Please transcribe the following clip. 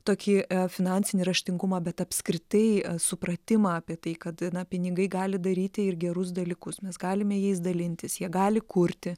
tokį finansinį raštingumą bet apskritai supratimą apie tai kad na pinigai gali daryti ir gerus dalykus mes galime jais dalintis jie gali kurti